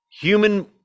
human